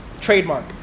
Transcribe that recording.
Trademark